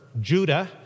Judah